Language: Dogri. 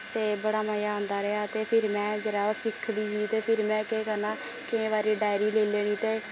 ते बड़ा मजा औंदा रेआ ते फिर में जिल्लै ओह् सिक्खदी ही ते फिर में केह् करना केईं बारी डायरी लेई लैनी ते